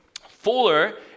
Fuller